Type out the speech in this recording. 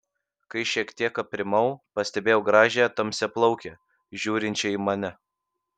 kai šiek tiek aprimau pastebėjau gražią tamsiaplaukę žiūrinčią į mane